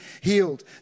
healed